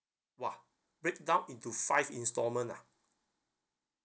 !wah! break down into five installment ah